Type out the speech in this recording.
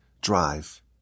drive